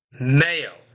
mayo